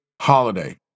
holiday